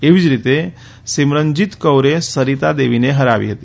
એવી જ રીતે સીમરનજીત કૌરે સરીતા દેવીને હરાવી હતી